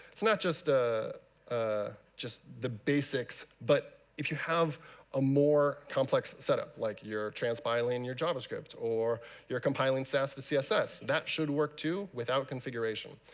it's not just the ah just the basics, but if you have a more complex setup, like you're transpiling your javascript, or you're compiling sass to css, that should work too, without configuration.